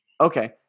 Okay